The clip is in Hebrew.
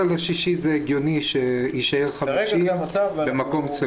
לעת עתה ב-14 ביוני זה הגיוני שתישאר הגבלה של 50 במקום סגור.